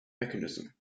mechanism